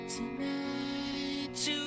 Tonight